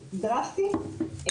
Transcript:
דרסטי,